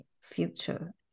future